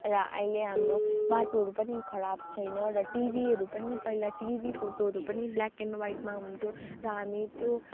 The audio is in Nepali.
र अहिले हाम्रो बाटोहरू पनि खराब छैन र टिभीहरू पनि पहिला टिभी फोटोहरू पनि ब्ल्याक एन्ड वाइटमा हुन्थ्यो र हामी त्यो